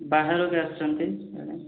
ବାହାର ବି ଆସୁଛନ୍ତି ଜଣେ